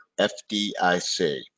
FDIC